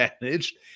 managed